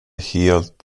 helt